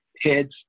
heads